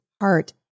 heart